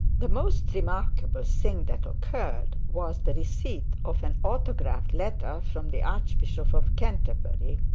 the most remarkable thing that occurred, was the receipt of an autographed letter from the archbishop of canterbury,